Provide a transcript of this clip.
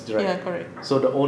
ya correct